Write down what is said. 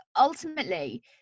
ultimately